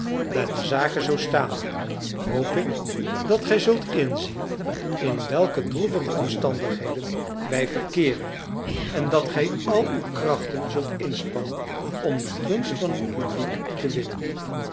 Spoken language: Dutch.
daar de zaken zoo staan hoop ik dat gij zult inzien in welke droevige omstandigheden wij verkeeren en dat gij al uw krachten zult inspannen om de gunst van het publiek te winnen